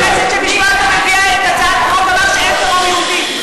חבר הכנסת שבשמו הביאו את הצעת החוק אמר שאין טרור יהודי.